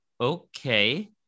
okay